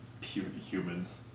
humans